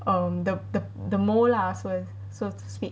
um the the the mole lah so to speak